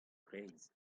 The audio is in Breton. breizh